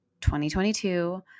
2022